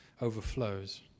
overflows